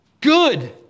Good